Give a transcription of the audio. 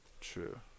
true